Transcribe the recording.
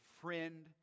friend